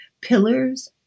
pillars